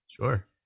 Sure